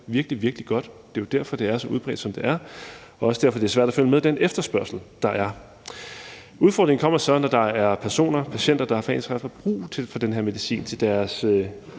Det er jo derfor, det er så udbredt, som det er, og også derfor, det er så svært at følge med den efterspørgsel, der er. Udfordringen kommer så, når der er personer, patienter, der rent faktisk har brug for den her medicin til deres